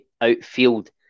outfield